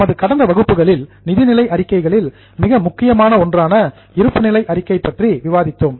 நமது கடந்த வகுப்புகளில் நிதிநிலை அறிக்கைகளில் மிக முக்கியமான ஒன்றான இருப்புநிலை அறிக்கை பற்றி விவாதித்தோம்